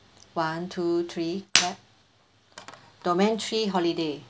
one two three clap domain three holiday